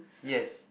yes